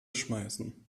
schmeißen